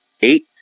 eight